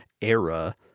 era